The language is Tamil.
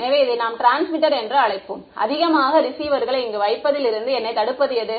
எனவே இதை நாம் டிரான்ஸ்மிட்டர் என்று அழைப்போம் அதிகமான ரிசீவர்களை இங்கு வைப்பதில் இருந்து என்னைத் தடுப்பது எது